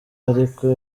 ariko